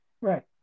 right